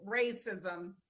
racism